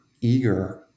eager